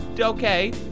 okay